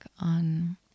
on